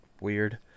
Weird